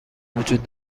وجود